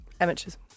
Amateurs